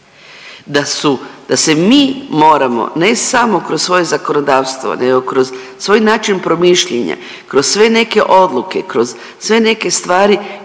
da se mi moramo ne samo kroz svoje zakonodavstvo nego kroz svoj način promišljanja, kroz sve neke odluke, kroz sve neke stvari prilagoditi